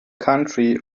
country